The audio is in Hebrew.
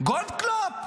גולדקנופ?